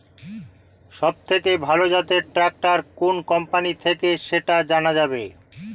সবথেকে ভালো জাতের ট্রাক্টর কোন কোম্পানি থেকে সেটা জানা যাবে?